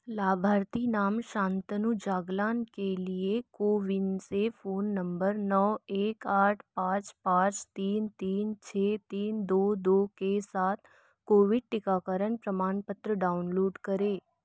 लाभार्थी नाम शांतनु जागलान के लिए कोविन से फ़ोन नम्बर नौ एक आठ पाँच पाँच तीन तीन छः तीन दो दो के साथ कोविड टीकाकरण प्रमाणपत्र डाउनलोड करें